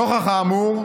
נוכח האמור,